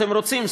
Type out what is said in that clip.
אתם רוצים,